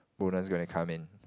bonus gonna come in